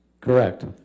Correct